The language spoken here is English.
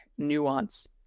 nuance